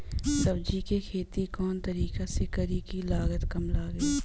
सब्जी के खेती कवना तरीका से करी की लागत काम लगे?